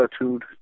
attitude